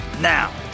now